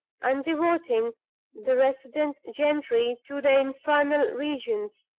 and devoting the resident gentry to the infernal regions.